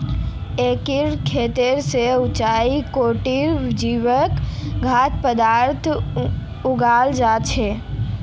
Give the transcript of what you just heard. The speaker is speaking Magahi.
एकीकृत खेती स उच्च कोटिर जैविक खाद्य पद्दार्थ उगाल जा छेक